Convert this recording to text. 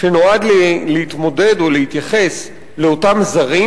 שנועד להתמודד או להתייחס לאותם "זרים",